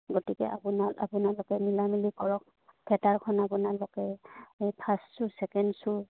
গতিকে আপোনাৰ আপোনালোকে মিলা মিলি কৰক থিয়েটাৰখন আপোনালোকে এই ফাৰ্ষ্ট শ্বু ছেকেণ্ড শ্বু